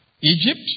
Egypt